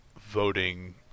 voting